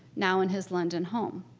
now in his london home.